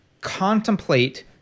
contemplate